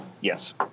Yes